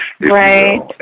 Right